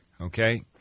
okay